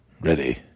ready